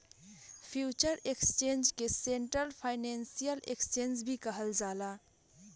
future exchange के central financial exchange भी कहल जाला